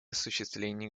осуществления